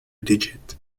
digit